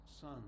son